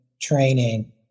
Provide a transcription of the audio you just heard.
training